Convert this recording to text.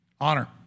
Honor